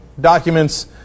documents